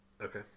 Okay